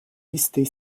listées